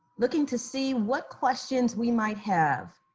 looking to see what questions we might have.